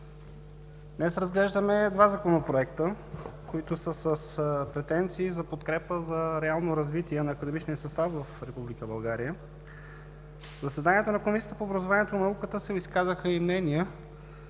Днес разглеждаме два законопроекта, които са с претенции за подкрепа за реално развитие на академичния състав в Република България. В заседанията на Комисията по образованието и науката се изказаха и мнения,